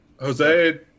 Jose